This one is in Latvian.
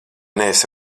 neesi